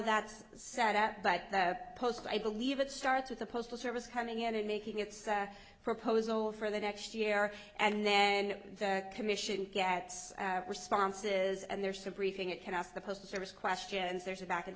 that's set out but the post i believe it starts with the postal service coming in and making its proposal for the next year and then the commission gets responses and there's to briefing it can ask the postal service question and there's a back and